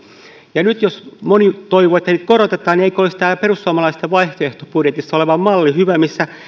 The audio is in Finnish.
ja nyt jos moni toivoo että niitä korotetaan niin eikö olisi tämä perussuomalaisten vaihtoehtobudjetissa oleva malli hyvä missä